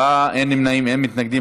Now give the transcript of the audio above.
בעד, שבעה, אין נמנעים, אין מתנגדים.